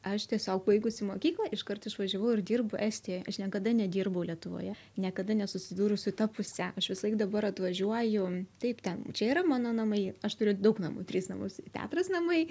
aš tiesiog baigusi mokyklą iškart išvažiavau ir dirbu estijoje aš niekada nedirbau lietuvoje niekada nesusidūriau su ta puse aš visąlaik dabar atvažiuoju taip ten čia yra mano namai aš turiu daug namų trys namus teatras namai